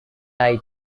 eye